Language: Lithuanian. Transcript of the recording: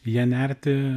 į ją nerti